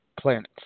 planets